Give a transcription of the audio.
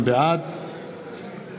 בעד